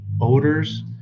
odors